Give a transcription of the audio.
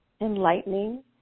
enlightening